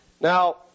Now